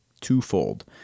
twofold